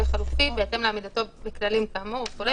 החלופי בהתאם לעמידתו בכללים כאמור" וכו'.